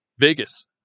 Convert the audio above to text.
Vegas